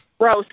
gross